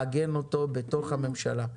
לעגן אותו בתוך הממשלה.